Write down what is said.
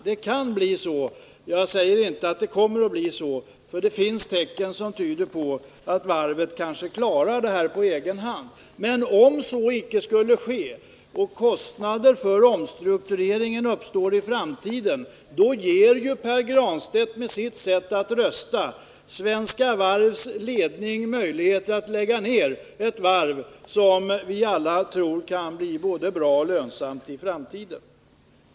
Det kan bli så — jag säger inte att det kommer att bli så, för det finns tecken som tyder på att varvet kanske klarar detta på egen hand. Men om så icke skulle ske, och kostnader i framtiden uppstår för omstruktureringen, ger Pär Granstedt med sitt sätt att rösta Svenska Varvs ledning möjligheter att lägga ned ett varv som vi alla tror kan bli både bra och lönsamt i framtiden.